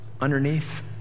underneath